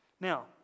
Now